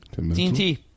TNT